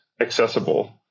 accessible